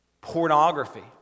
pornography